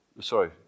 sorry